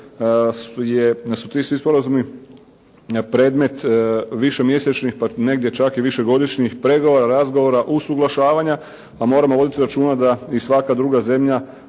su ti svi sporazumi predmet višemjesečnih, negdje čak i višegodišnjih pregovora, razgovora, usuglašavanja pa moramo voditi računa da i svaka druga zemlja